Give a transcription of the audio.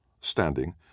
Standing